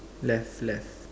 left left